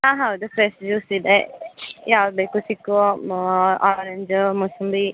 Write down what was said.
ಹಾಂ ಹೌದು fresh juice ಇದೆ ಯಾವ್ದು ಬೇಕು ಚಿಕ್ಕು ಆರೆಂಜ ಮೂಸಂಬಿ